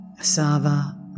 Sava